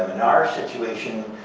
in our situation,